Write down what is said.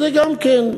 זה גם כן,